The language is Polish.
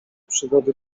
przygody